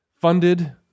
funded